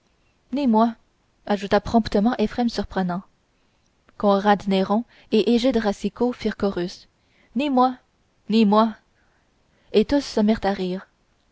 ni moi ajouta promptement éphrem surprenant conrad néron et égide racicot firent chorus ni moi ni moi et tous se mirent à rire